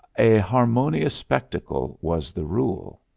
a harmonious spectacle was the rule.